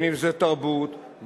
אם תרבות,